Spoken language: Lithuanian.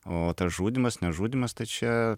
o tas žudymas nežudymas tai čia